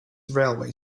railway